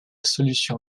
solution